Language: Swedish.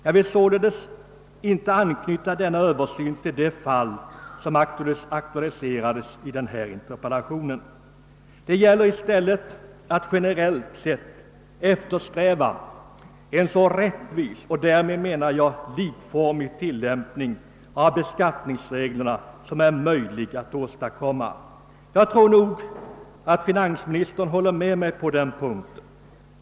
Jag vill således inte anknyta denna översyn till det fall som aktualisérades i interpellationen; det gäller i: stället att generellt eftersträva en så rättvis; och "därmed menar jag likformig,' tilllämpning av beskattningsreglerna söm det är möjligt att åstadkomma. Jag tror att finansministern håller med mig på den punkten.